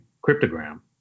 cryptogram